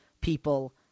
people